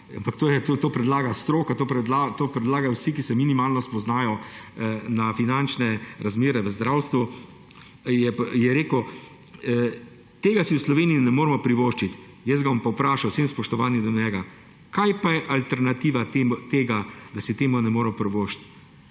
to predlaga stroka, to predlagajo vsi, ki se minimalno spoznajo na finančne razmere v zdravstvu –, je rekel, da tega si v Sloveniji ne moremo privoščiti. Jaz ga bom pa vprašal, z vsem spoštovanjem do njega. Kaj pa je alternativa tega, da si tega ne moremo privoščiti,